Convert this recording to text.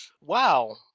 Wow